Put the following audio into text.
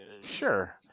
sure